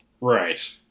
right